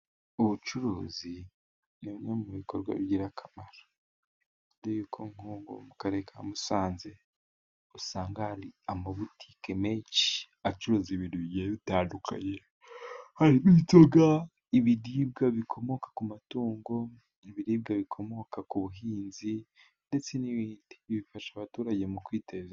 Ubucuruzi ni bimwe mu bikorwa bigira akamaro bitewe yuko nk'ubu mu karere ka Musanze, usanga hari amabutike menshi acuruza ibintu bigiye bitandukanye. Harimo inzoga, ibiribwa bikomoka ku matungo ibiribwa bikomoka ku buhinzi ,ndetse bifasha abaturage mu kwiteza imbere.